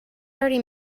already